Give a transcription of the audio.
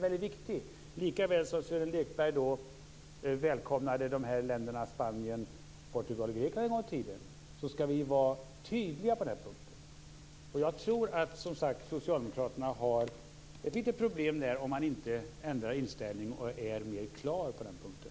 Likaväl som Sören Lekberg en gång i tiden välkomnade Spanien, Portugal och Grekland skall vi nu vara tydliga på den här punkten. Jag tror som sagt att socialdemokraterna har ett litet problem om de inte ändrar inställning och blir klarare på den här punkten.